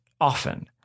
often